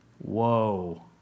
whoa